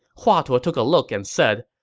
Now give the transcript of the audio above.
hua tuo took a look and said,